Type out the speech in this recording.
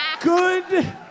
Good